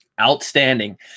Outstanding